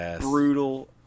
brutal